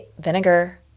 vinegar